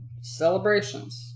celebrations